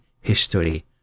history